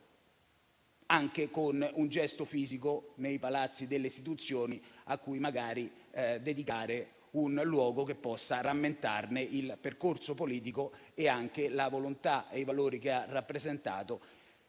attraverso un gesto materiale nei palazzi delle istituzioni, in cui magari dedicargli un luogo che possa rammentarne il percorso politico, la volontà e i valori che ha rappresentato,